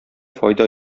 файда